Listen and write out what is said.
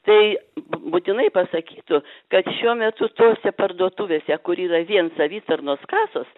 tai būtinai pasakytų kad šiuo metu tose parduotuvėse kur yra vien savitarnos kasos